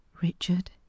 Richard